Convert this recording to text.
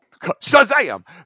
Shazam